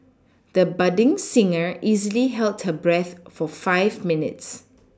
the budding singer easily held her breath for five minutes